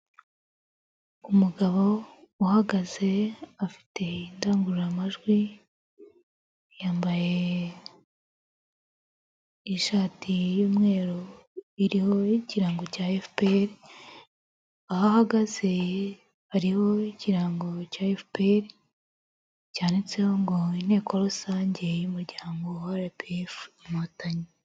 Umugabo uhagaze afite indangururamajwi, yambaye ishati y'umweru iriho igirango cya FPR, aho ahagaze hariho ikirango cya FPR cyanditseho ngo inteko rusange y'umuryango wa RPF inkotanyi.